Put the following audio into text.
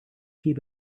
keep